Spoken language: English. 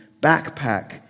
backpack